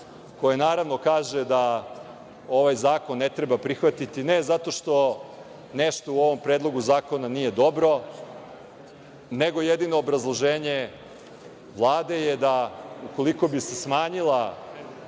koje naravno kaže da ovaj zakon ne treba prihvatiti ne zato što nešto u ovom predlogu zakona nije dobro, nego jedino obrazloženje Vlade je ukoliko bi se smanjio